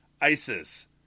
ISIS